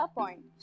point